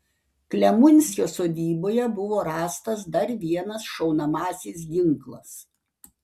klemunskio sodyboje buvo rastas dar vienas šaunamasis ginklas